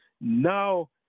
Now